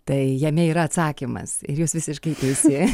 tai jame yra atsakymas ir jūs visiškai teisi